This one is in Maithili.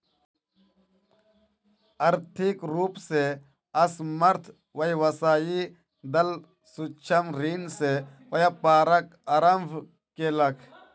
आर्थिक रूप से असमर्थ व्यवसायी दल सूक्ष्म ऋण से व्यापारक आरम्भ केलक